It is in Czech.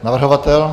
Navrhovatel?